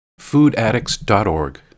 foodaddicts.org